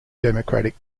democratic